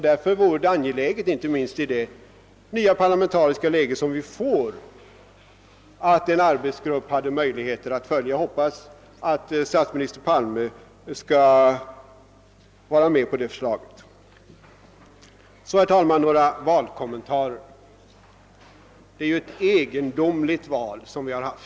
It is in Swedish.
Därför vore det angeläget, inte minst i det parlamentariska läge som vi får att en arbetsgrupp finge möjligheter att följa utvecklingen. Jag hoppas att statsminister Palme skall vara med om detta förslag. Jag vill nu, herr talman, göra några valkommentarer. Vi har haft ett egendomligt val.